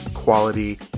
quality